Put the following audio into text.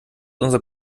unser